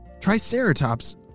Triceratops